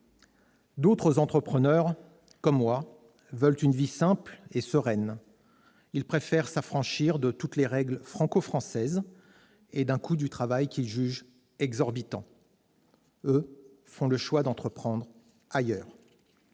D'autres entrepreneurs, comme moi, veulent une vie simple et sereine. Ils préfèrent s'affranchir de toutes les règles franco-françaises et d'un coût du travail qu'ils jugent exorbitant. Ils font le choix d'entreprendre ailleurs.